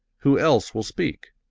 who else will speak?